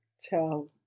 tell